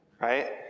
right